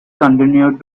continued